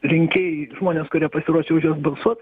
rinkėjai žmonės kurie pasiruošę už juos balsuot